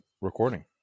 recording